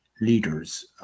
leaders